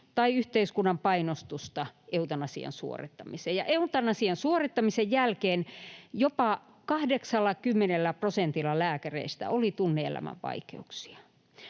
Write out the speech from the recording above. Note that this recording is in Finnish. tai yhteiskunnan painostusta eutanasian suorittamiseen, ja eutanasian suorittamisen jälkeen jopa 80 prosentilla lääkäreistä oli tunne-elämän vaikeuksia.